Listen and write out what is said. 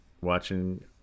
watching